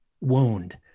wound